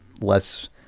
less